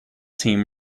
team